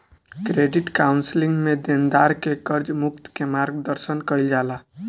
credit counselling में देनदार के कर्ज मुक्त के मार्गदर्शन कईल जाला